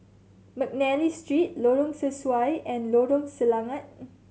McNally Street Lorong Sesuai and Lorong Selangat